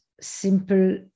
simple